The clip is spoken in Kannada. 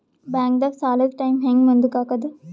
ಬ್ಯಾಂಕ್ದಾಗ ಸಾಲದ ಟೈಮ್ ಹೆಂಗ್ ಮುಂದಾಕದ್?